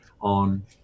on